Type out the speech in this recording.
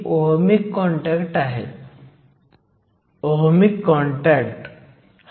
तर तुमच्याकडे Fermi levels अस्तर आहेत आणि एक बिल्ट इन पोटेन्शियल आहे